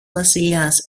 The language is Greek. βασιλιάς